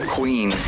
Queen